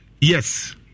Yes